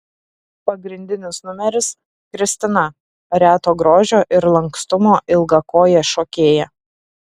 pagrindinis numeris kristina reto grožio ir lankstumo ilgakojė šokėja